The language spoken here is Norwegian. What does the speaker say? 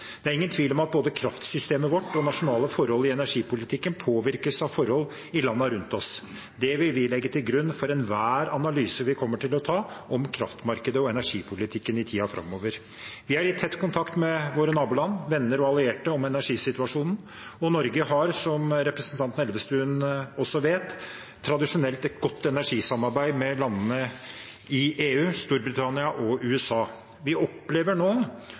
Det er ingen tvil om at både kraftsystemet vårt og nasjonale forhold i energipolitikken påvirkes av forhold i landene rundt oss. Det vil vi legge til grunn for enhver analyse vi kommer til å ta om kraftmarkedet og energipolitikken i tiden framover. Vi er i tett kontakt med våre naboland, venner og allierte om energisituasjonen, og Norge har, som representanten Elvestuen også vet, tradisjonelt et godt energisamarbeid med landene i EU, og med Storbritannia og USA. Vi opplever nå